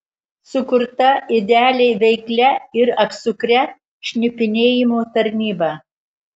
sukurta idealiai veiklia ir apsukria šnipinėjimo tarnyba